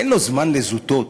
אין לו זמן לזוטות.